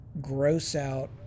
gross-out